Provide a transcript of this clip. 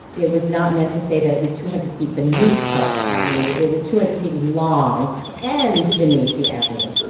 it was not meant to say that it was two hundred feet beneath twelfth avenue. it was two hundred feet long and beneath the avenue.